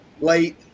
late